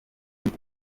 ubwo